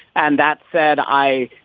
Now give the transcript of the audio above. and that said, i,